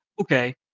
okay